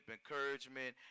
encouragement